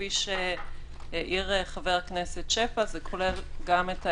כפי שהעיר חבר הכנסת שפע, זה כולל גם את האפשרות,